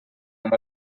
amb